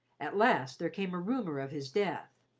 at last there came a rumour of his death,